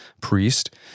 priest